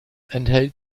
enthält